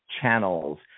channels